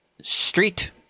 Street